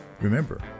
Remember